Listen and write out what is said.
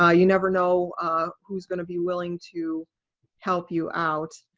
ah you never know who's going to be willing to help you out.